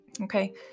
okay